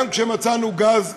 גם כשמצאנו גז,